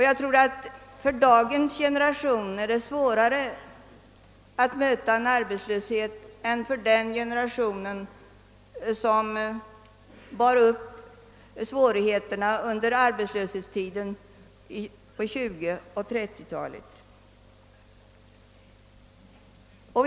Jag tror att det är svårare för dagens generation att möta arbetslöshet än det var för den generation som fick bära bördorna under arbetslöshetstiden på 1920 och 1930-talen.